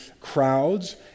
crowds